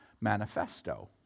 manifesto